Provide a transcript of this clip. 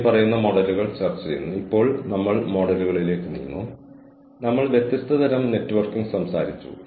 ലൈബ്രറികളിലൂടെ ഈ ഡാറ്റാബേസുകളിലേക്ക് നമുക്ക് പ്രവേശനം ഉണ്ടായിരിക്കണം